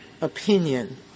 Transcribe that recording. opinion